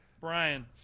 Brian